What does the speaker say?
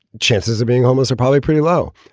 chances of being homeless are probably pretty low.